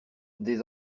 des